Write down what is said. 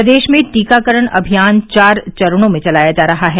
प्रदेश में टीकाकरण अभियान चार चरणों में चलाया जा रहा है